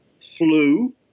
flu